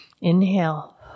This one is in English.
Inhale